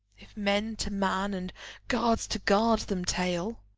if men to man and guards to guard them tail.